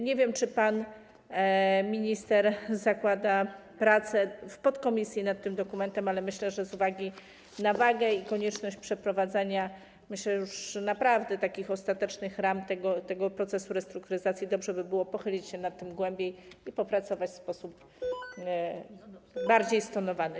Nie wiem, czy pan minister zakłada prace w podkomisji nad tym dokumentem, ale myślę, że z uwagi na wagę i konieczność wprowadzania, myślę, już naprawdę takich ostatecznych ram tego procesu restrukturyzacji dobrze by było pochylić się nad tym głębiej i popracować w sposób bardziej stonowany.